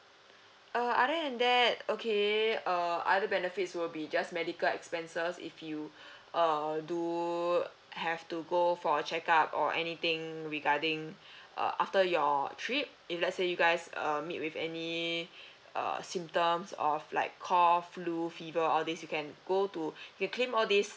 uh other than that okay err other benefits will be just medical expenses if you uh do have to go for a checkup or anything regarding uh after your trip if let's say you guys uh meet with any uh symptoms of like cough flu fever all these you can go to can claim all these